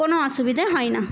কোনো অসুবিধে হয় না